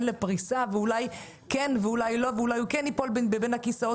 לפריסה ואולי כן ואולי לא ואולי הוא כן ייפול בין הכיסאות